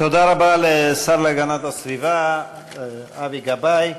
תודה רבה לשר להגנת הסביבה אבי גבאי.